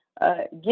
Get